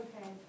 okay